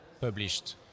published